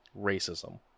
Racism